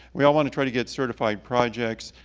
we all want to try to get certified projects.